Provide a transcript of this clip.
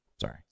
Sorry